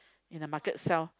in the market sell